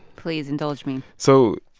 please, indulge me so,